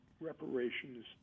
reparations